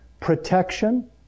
protection